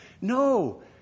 No